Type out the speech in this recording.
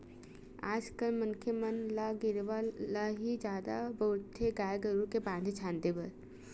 आज कल मनखे मन ल गेरवा ल ही जादा बउरथे गाय गरु के बांधे छांदे बर